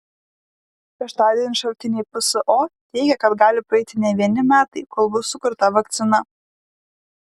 šeštadienį šaltiniai pso teigė kad gali praeiti ne vieni metai kol bus sukurta vakcina